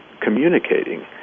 communicating